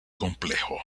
complejo